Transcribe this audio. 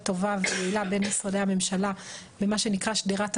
טובה ויעילה בין משרדי הממשלה לבין מה שנקרא שדרת המידע,